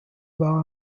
war